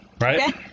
right